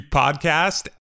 podcast